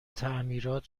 تعمیرات